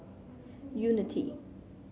unity